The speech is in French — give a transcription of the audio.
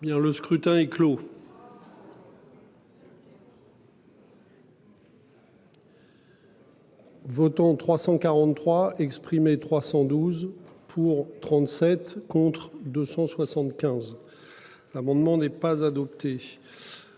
Le scrutin est clos. Votants 343 exprimés, 312 pour 37 contre 275. L'amendement n'est pas adopté.